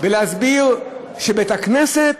שבית-הכנסת